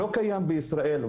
זה לא קיים בישראל.